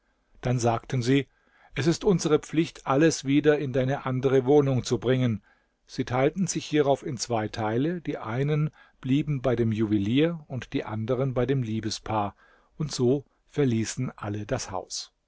dann sagten sie es ist unsere pflicht alles wieder in deine andere wohnung zu bringen sie teilten sich hierauf in zwei teile die einen blieben bei dem juwelier und die anderen bei dem liebespaar und so verließen alle das haus